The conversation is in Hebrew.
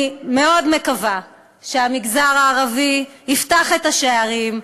אני מאוד מקווה שהמגזר הערבי יפתח את השערים,